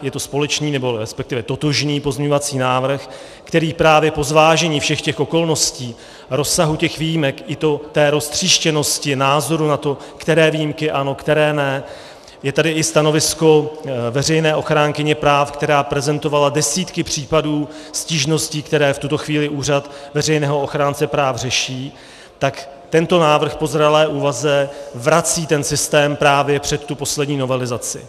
Je to totožný pozměňovací návrh, který právě po zvážení všech okolností, rozsahu výjimek i roztříštěnosti názorů na to, které výjimky ano a které ne, je tady i stanovisko veřejné ochránkyně práv, která prezentovala desítky případů stížností, které v tuto chvíli úřad veřejného ochránce práv řeší, tak tento návrh po zralé úvaze vrací ten systém právě před poslední novelizaci.